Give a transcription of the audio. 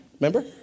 Remember